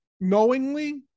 Knowingly